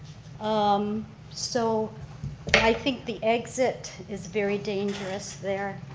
um so i think the exit is very dangerous there.